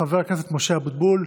חבר הכנסת משה אבוטבול,